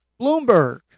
Bloomberg